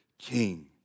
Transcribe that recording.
king